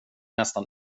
nästan